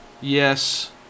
Yes